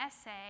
essay